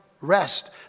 rest